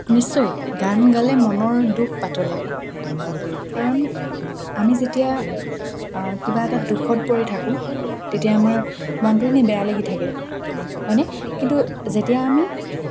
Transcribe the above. নিশ্চয় গান গালে মনৰ দুখ পাতলে কাৰণ আমি যেতিয়া কিবা এটা দুখত পৰি থাকোঁ তেতিয়া আমাৰ মনটো এনেই বেয়া লাগি থাকে হয়নে কিন্তু যেতিয়া আমি